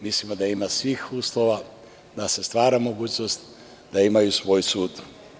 Mislimo da ima svih uslova da se stvara mogućnost da imaju svoj sud.